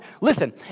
Listen